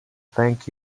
thank